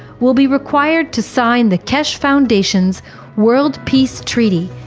will be required to sign the keshe foundation's world peace treaty,